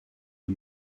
die